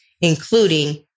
including